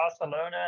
Barcelona